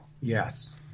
Yes